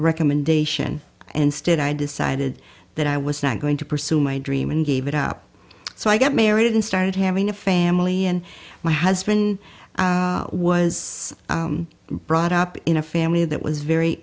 recommendation and state i decided that i was not going to pursue my dream and gave it up so i got married and started having a family and my husband was brought up in a family that was very